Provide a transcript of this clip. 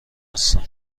هستم